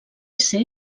ser